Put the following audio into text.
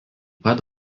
pat